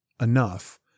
enough